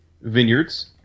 Vineyards